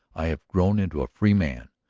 i have grown into a free man,